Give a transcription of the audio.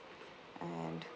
and